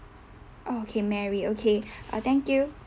oh okay marry okay err thank you